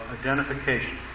identification